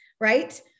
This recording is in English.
right